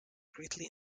greatly